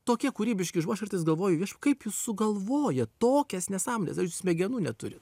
tokie kūrybiški žmo aš kartais galvoju viešp kaip jūs sugalvojat tokias nesąmones ar jūs smegenų neturit